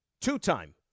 Two-time